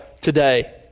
today